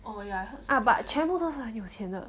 ah but 全部都是很有钱的